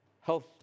health